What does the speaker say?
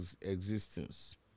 existence